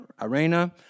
arena